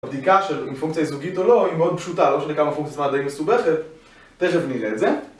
הבדיקה שפונקציה היא זוגית או לא היא מאוד פשוטה, לא משנה כמה הפונקציה עצמה היא די מסובכת, תכף נראה את זה